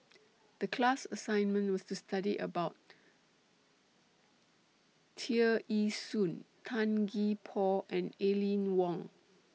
The class assignment was to study about Tear Ee Soon Tan Gee Paw and Aline Wong